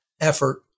effort